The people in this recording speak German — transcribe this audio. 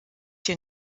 hier